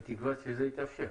בתקווה שזה יתאפשר.